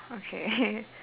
okay